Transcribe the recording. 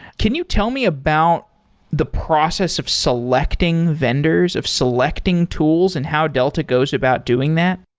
can you tell me about the process of selecting vendors, of selecting tools and how delta goes about doing that?